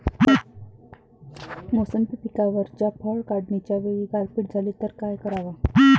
मोसंबी पिकावरच्या फळं काढनीच्या वेळी गारपीट झाली त काय कराव?